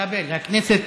כבל, הכנסת